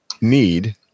need